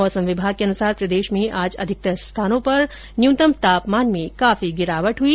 मौसम विभाग के अनुसार प्रदेश में आज अधिकतर स्थानों पर न्यूनतम तापमान में काफी गिरावट हुई